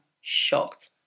shocked